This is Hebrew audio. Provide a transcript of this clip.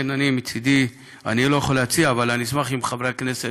אני לא יכול להציע, אבל אני אשמח אם חברי הכנסת,